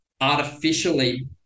artificially